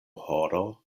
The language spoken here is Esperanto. horo